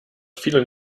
vielen